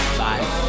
five